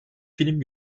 film